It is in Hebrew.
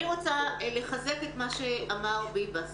אני רוצה לחזק את מה שאמר ביבס,